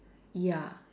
ya